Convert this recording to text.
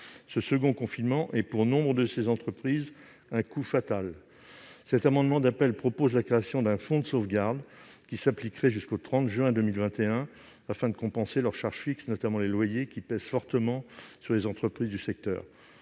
Ce second confinement est, pour nombre de ces entreprises, un coup fatal. Cet amendement d'appel vise à créer un fonds de sauvegarde qui s'appliquerait jusqu'au 30 juin 2021 afin de compenser leurs charges fixes, notamment les loyers, qui pèsent fortement sur elles. Ce mécanisme de